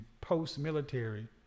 post-military